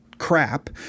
crap